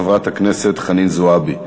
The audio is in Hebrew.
חברת הכנסת חנין זועבי.